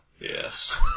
Yes